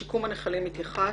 לשיקום הנחלים התייחסת.